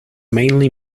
mainly